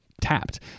tapped